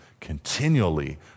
continually